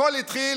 הכול התחיל